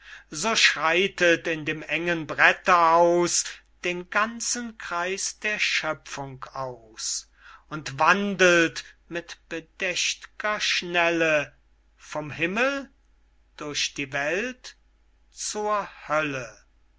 so schreitet in dem engen breterhaus den ganzen kreis der schöpfung aus und wandelt mit bedächtger schnelle vom himmel durch die welt zur hölle